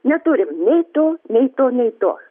neturime nei to nei to nei to